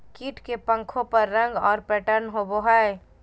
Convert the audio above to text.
कीट के पंखों पर रंग और पैटर्न होबो हइ